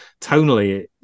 tonally